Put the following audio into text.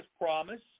promise